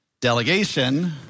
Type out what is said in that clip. delegation